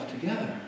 together